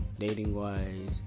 Dating-wise